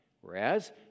whereas